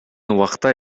убакта